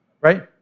right